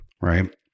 right